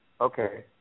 Okay